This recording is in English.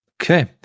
Okay